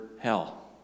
hell